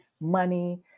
money